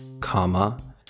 comma